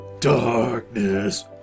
Darkness